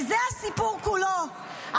וזה הסיפור כולו,